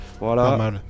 Voilà